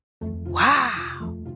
Wow